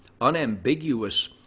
unambiguous